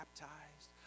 baptized